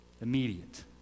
Immediate